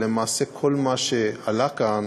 ולמעשה כל מה שעלה כאן